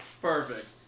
Perfect